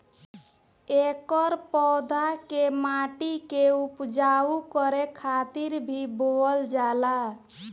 एकर पौधा के माटी के उपजाऊ करे खातिर भी बोअल जाला